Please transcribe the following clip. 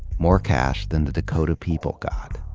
more cash than the dakota people got.